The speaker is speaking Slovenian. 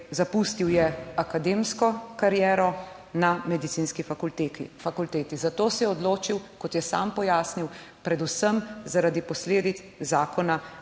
zapustil akademsko kariero na Medicinski fakulteti. Za to se je odločil, kot je sam pojasnil, predvsem zaradi posledic zakona